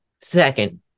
Second